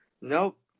Nope